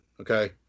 okay